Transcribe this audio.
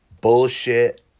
bullshit